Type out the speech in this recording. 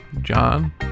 John